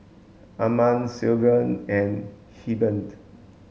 Arman Sylvan and Hebert